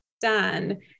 done